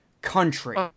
country